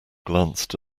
glanced